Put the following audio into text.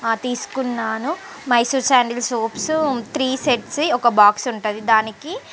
తీసుకున్నాను Mysore sandal soaps three sets ఒక box ఉంటుంది దానికి